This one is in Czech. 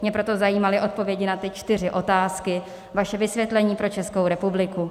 Mě proto zajímaly odpovědi na ty čtyři otázky, vaše vysvětlení pro Českou republiku.